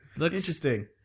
Interesting